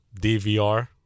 DVR